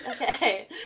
Okay